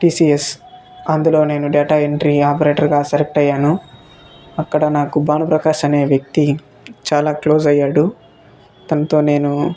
TCS అందులో నేను data entry ఆపరేటర్గా సెలెక్ట్ అయ్యాను అక్కడ నాకు భాను ప్రకాష్ అనే వ్యక్తి చాలా క్లోజ్ అయ్యాడు తనతో నేను